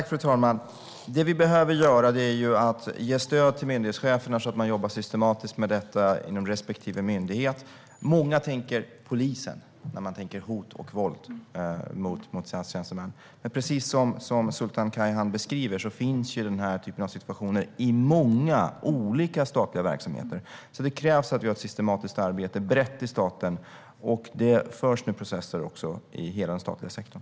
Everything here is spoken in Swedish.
Fru talman! Det som vi behöver göra är att ge stöd till myndighetscheferna, så att de jobbar systematiskt med detta inom respektive myndighet. När man talar om hot och våld mot statstjänstemän tänker många på polisen. Men precis som Sultan Kayhan beskriver finns denna typ av situationer i många olika statliga verksamheter. Det krävs därför att vi bedriver ett systematiskt arbete brett i staten. Det förs nu processer i hela den statliga sektorn.